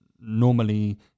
normally